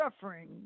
suffering